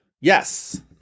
Yes